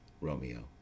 Romeo